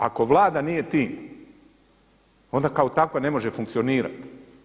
Ako Vlada nije tim onda kao takva ne može funkcionirati.